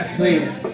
please